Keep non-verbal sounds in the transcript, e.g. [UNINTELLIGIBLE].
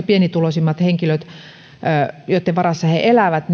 [UNINTELLIGIBLE] pienituloisimmat henkilöt elävät [UNINTELLIGIBLE]